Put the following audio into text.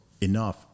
enough